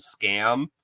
scam